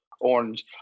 Orange